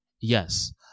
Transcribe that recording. Yes